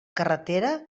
carretera